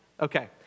Okay